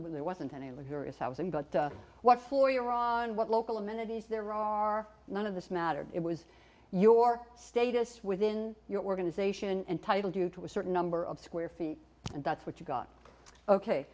when there wasn't any luxurious house and what for your on what local amenities there are none of this matter it was your status within your organization and title due to a certain number of square feet and that's what you got ok